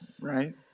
right